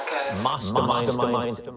Mastermind